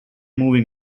moving